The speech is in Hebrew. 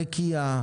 נקייה,